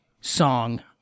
song